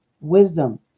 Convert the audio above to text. wisdom